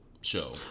Show